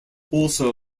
also